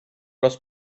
los